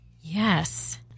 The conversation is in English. Yes